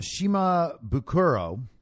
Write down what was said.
Shimabukuro